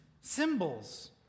symbols